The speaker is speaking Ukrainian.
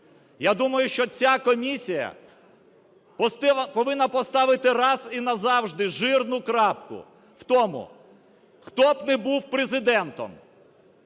Я думаю, що ця комісія повинна поставити раз і назавжди жирну крапку в тому. Хто б не був Президентом,